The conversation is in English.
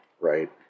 Right